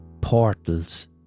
portals